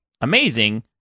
amazing